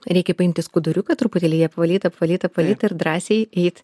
reikia paimti skuduriuką truputėlį jį apvalyt apvalyt apvalyt ir drąsiai eit